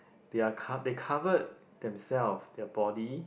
they are cov~ they cover them self their body